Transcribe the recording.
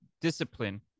discipline